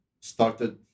started